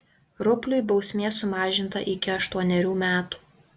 rupliui bausmė sumažinta iki aštuonerių metų